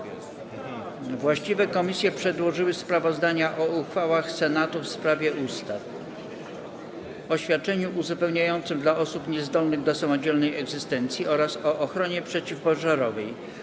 Właściwe komisje przedłożyły sprawozdania o uchwałach Senatu w sprawie ustaw: - o świadczeniu uzupełniającym dla osób niezdolnych do samodzielnej egzystencji, - o ochronie przeciwpożarowej.